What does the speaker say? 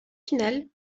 final